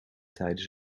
tijdens